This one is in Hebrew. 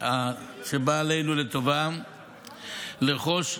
שבאה עלינו לטובה לרכוש,